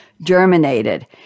germinated